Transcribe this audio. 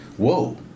Whoa